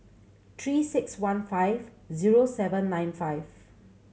Three Six One five zero seven nine five